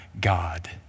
God